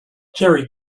jerry